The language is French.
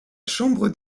chambre